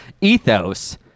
ethos